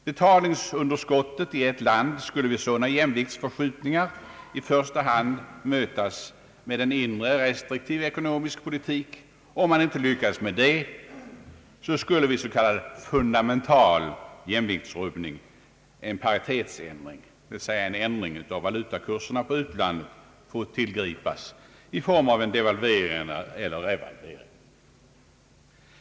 Betalningsunderskottet i ett land skulle vid sådana jämviktsförskjutningar i första hand mötas med en restriktiv inre ekonomisk politik. Om man inte lyckades med det, skulle vid en s.k. fundamental jämviktsrubbning en paritetsändring, dvs. en ändring av valutakurserna på utlandet, få tillgripas i form av devalvering eller revalvering.